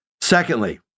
Secondly